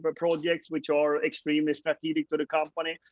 but projects, which are extremely strategic for the company,